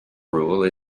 rule